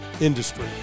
industry